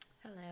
Hello